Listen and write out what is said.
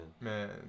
Man